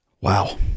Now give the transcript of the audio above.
Wow